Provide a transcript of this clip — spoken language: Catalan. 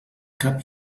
cap